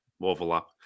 overlap